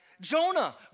Jonah